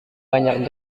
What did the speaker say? banyak